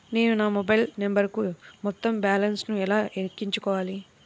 నేను నా మొబైల్ నంబరుకు మొత్తం బాలన్స్ ను ఎలా ఎక్కించుకోవాలి?